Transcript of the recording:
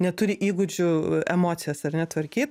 neturi įgūdžių emocijas ar ne tvarkyt